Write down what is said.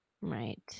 Right